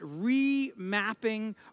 remapping